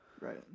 Right